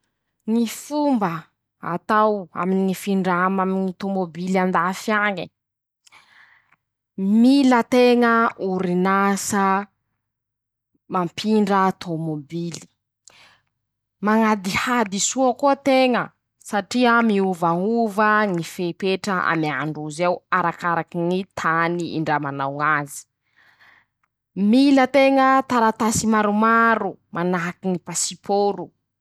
Ñy fomba atao aminy ñy findrama aminy ñy tômôbily andafy añe: -Mila teña orin'asa, mampindra tômôbily, mañadihady soa koa teña, satria miovaova ñy fepetra ameandroz'ao arakaraky ñy tany indramanao ñazy, mila teña, taratasy maromaro manahaky ñy pasipôro.